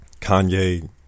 Kanye